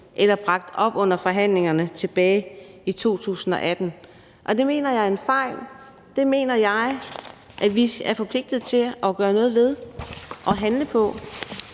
eller bragt op under forhandlingerne tilbage i 2018, og det mener jeg er en fejl. Det mener jeg at vi er forpligtet til at gøre noget ved og handle på.